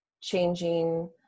changing